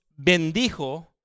bendijo